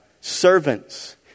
Servants